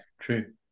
true